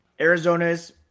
Arizona's